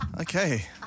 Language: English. Okay